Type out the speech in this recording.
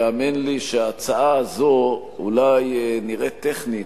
והאמן לי שההצעה הזאת אולי נראית טכנית,